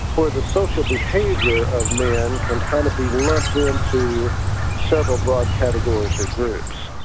where the social behavior of man can kind of be loved into several broad categories or groups,